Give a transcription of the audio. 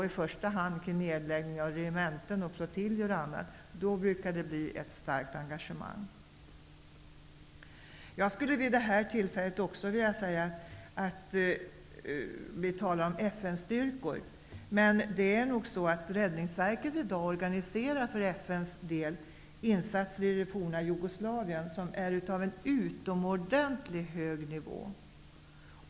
I första hand gäller det då nedläggningar av regementen, flottiljer osv. I sådana sammanhang brukar engagemanget vara stort. Jag skulle i detta sammanhang också vilja säga något om Räddningsverket. Vi talar ju i dag om FN-styrkor. Men Räddningsverket organiserar faktiskt FN-insater i det forna Jugoslavien, vilka ligger på en utomordentligt hög nivå.